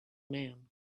man